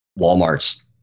Walmart's